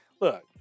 look